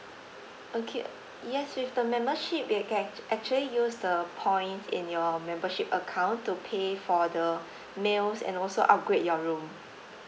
okay yes with the membership you can actually use the points in your membership account to pay for the meals and also upgrade your room